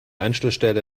anschlussstelle